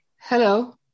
hello